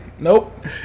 Nope